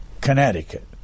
Connecticut